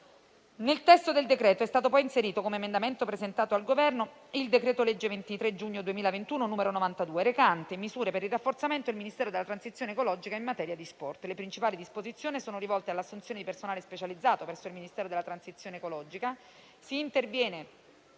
Nel testo del decreto è stato poi inserito, come emendamento presentato al Governo, il decreto-legge 23 giugno 2021, n. 92, recante misure per il rafforzamento del Ministero della transizione ecologica (Mite) e in materia di sport. Le principali disposizioni sono rivolte all'assunzione di personale specializzato presso il Ministero della transizione ecologica.